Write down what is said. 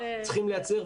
צריכים לייצר,